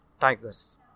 tigers